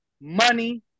Money